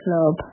club